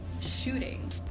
shooting